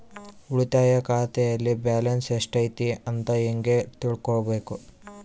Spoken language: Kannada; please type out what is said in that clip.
ಉಳಿತಾಯ ಖಾತೆಯಲ್ಲಿ ಬ್ಯಾಲೆನ್ಸ್ ಎಷ್ಟೈತಿ ಅಂತ ಹೆಂಗ ತಿಳ್ಕೊಬೇಕು?